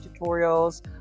tutorials